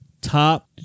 top